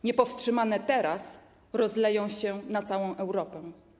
Niepowstrzymane, teraz rozleją się na całą Europę.